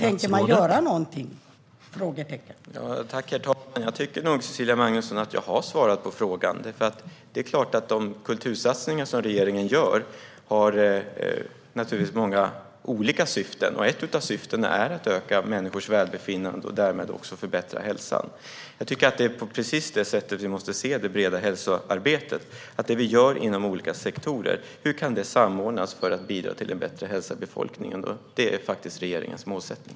Herr talman! Jag tycker nog, Cecilia Magnusson, att jag har svarat på frågan! Det är klart att de kultursatsningar som regeringen gör har många olika syften. Ett av dessa syften är öka människors välbefinnande och därmed också förbättra hälsan. Jag tycker att vi måste se det breda hälsoarbetet på precis det sättet. Hur kan vi samordna det vi gör inom olika sektorer för att bidra till en bättre hälsa i befolkningen? Det är regeringens målsättning.